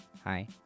Hi